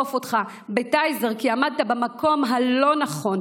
אותך בטייזר כי עמדת במקום הלא-נכון,